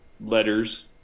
letters